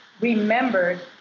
remembered